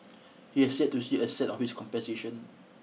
he has set to see a cent on his compensation